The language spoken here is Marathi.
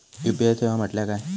यू.पी.आय सेवा म्हटल्या काय?